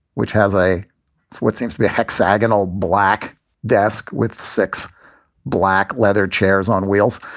which has a what seems to be a hexagonal black desk with six black leather chairs on wheels.